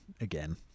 again